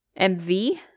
MV